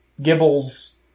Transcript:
Gibble's